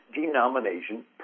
denomination